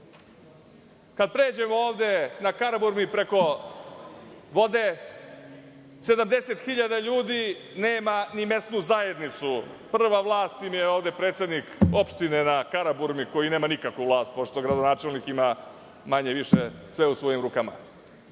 Kada pređemo na Karaburmi preko vode 70.000 ljudi nema ni mesnu zajednicu. Prva vlast im je predsednik opštine na Karaburmi, koji nema nikakvu vlast, pošto gradonačelnik ima manje više sve u svojim rukama.